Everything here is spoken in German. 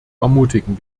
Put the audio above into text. ermutigen